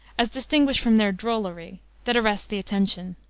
as distinguished from their drollery, that arrests the attention.